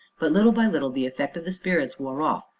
but, little by little, the effect of the spirits wore off,